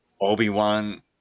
Obi-Wan